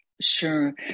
Sure